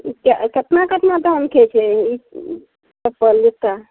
कतना कतना दामके छै चप्पल जूता